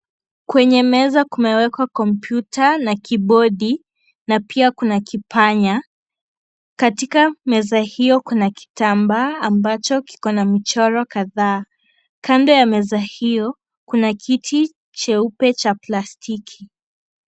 Kwenye meza kumewekwa kompyuta na kibodi na pia kuna kipanya. Katika meza hiyo kuna kitambaa ambacho kiko na mchoro kadhaa. Kando ya meza hiyo kuna kiti cheupe cha plastiki.